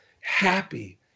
happy